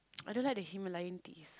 I don't like the Himalayan teas